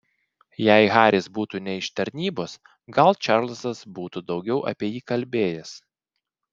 jei haris būtų ne iš tarnybos gal čarlzas būtų daugiau apie jį kalbėjęs